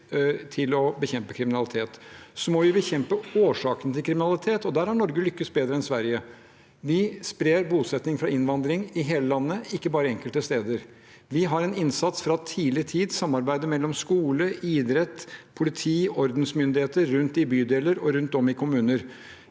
til å bekjempe kriminalitet på en god måte. Så må vi bekjempe årsakene til kriminalitet, og der har Norge lyktes bedre enn Sverige. Vi sprer bosettingen av innvandrere i hele landet, ikke bare enkelte steder. Vi har en innsats fra tidlig alder gjennom samarbeidet mellom skole, idrett, politi og ordensmyndigheter rundt om i bydeler og kommuner.